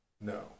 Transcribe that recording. no